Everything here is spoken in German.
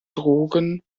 drogen